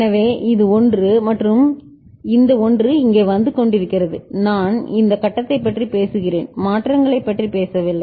எனவே இது 1 மற்றும் இந்த 0 இங்கே வந்து கொண்டிருக்கிறது நான் இந்த கட்டத்தைப் பற்றி பேசுகிறேன் மாற்றங்களை பற்றி பேசவில்லை